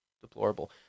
Deplorable